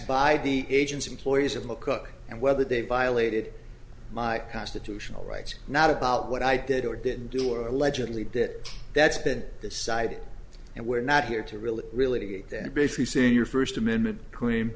by the agents employees of mccook and whether they violated my constitutional rights not about what i did or didn't do or allegedly did that's been decided and we're not here to really really get them to basically say your first amendment c